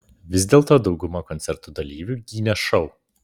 vis dėlto dauguma koncerto dalyvių gynė šou